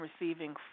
receiving